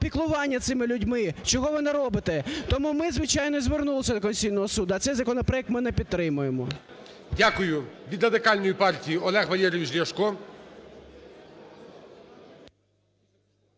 піклування цими людьми чого ви не робите. Тому ми, звичайно, і звернулися до Конституційного Суду, а цей законопроект ми не підтримуємо. ГОЛОВУЮЧИЙ. Дякую. Від Радикальної партії Олег Валерійович Ляшко.